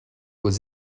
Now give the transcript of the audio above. aux